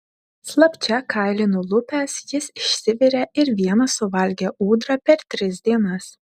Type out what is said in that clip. slapčia kailį nulupęs jis išsivirė ir vienas suvalgė ūdrą per tris dienas